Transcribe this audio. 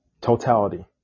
Totality